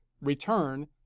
return